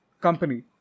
company